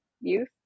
youth